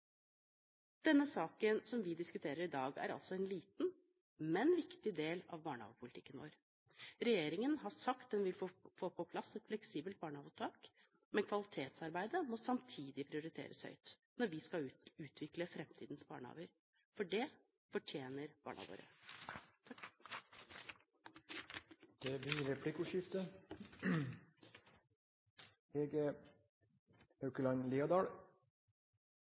Denne saken som vi diskuterer i dag, er altså en liten, men viktig del av barnehagepolitikken vår. Regjeringen har sagt at den vil få på plass et fleksibelt barnehageopptak, men kvalitetsarbeidet må samtidig prioriteres høyt når vi skal utvikle framtidens barnehager, for det fortjener barna våre. Det blir replikkordskifte.